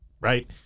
right